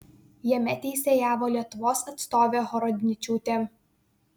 jame teisėjavo lietuvos atstovė horodničiūtė